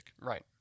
Right